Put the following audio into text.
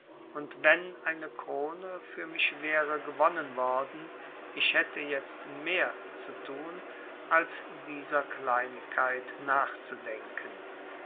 und wenn eine krone für mich wäre gewonnen worden ich hätte jetzt mehr zu tun als dieser kleinigkeit nachzudenken